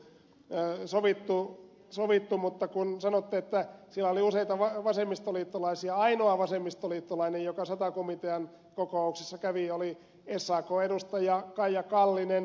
tää on sovittu on sovittu mutta kun sanotte että siellä oli useita vasemmistoliittolaisia niin ainoa vasemmistoliittolainen joka sata komitean kokouksissa kävi oli sakn edustaja kaija kallinen